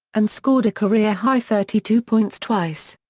and scored a career-high thirty two points twice.